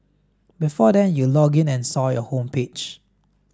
before then you logged in and saw your homepage